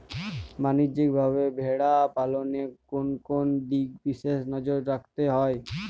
বাণিজ্যিকভাবে ভেড়া পালনে কোন কোন দিকে বিশেষ নজর রাখতে হয়?